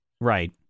Right